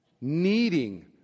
needing